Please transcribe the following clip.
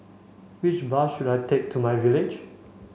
which bus should I take to my Village